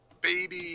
baby